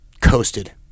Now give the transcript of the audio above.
coasted